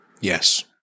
Yes